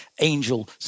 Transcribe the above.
angel